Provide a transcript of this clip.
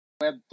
Web